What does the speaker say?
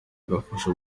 agafasha